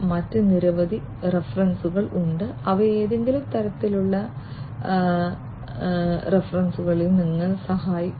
മറ്റ് നിരവധി റഫറൻസുകൾ ഉണ്ട് അവ ഏതെങ്കിലും തരത്തിലുള്ള തിരയലിലൂടെയും ലഭിക്കും